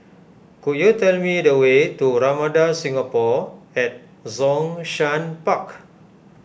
could you tell me the way to Ramada Singapore at Zhongshan Park